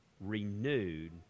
renewed